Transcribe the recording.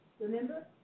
Remember